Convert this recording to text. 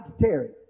Terry